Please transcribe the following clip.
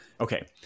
Okay